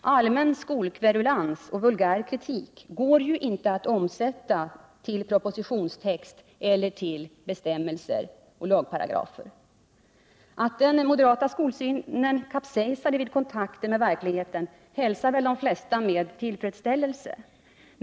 Allmän skolkverulans och vulgär kritik går inte att omsätta till propositionstext eller till bestämmelser och lagparagrafer. Att den moderata skolsynen kapsejsade vid kontakten med verkligheten hälsar väl de flesta med tillfredsställelse.